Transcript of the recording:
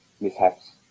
mishaps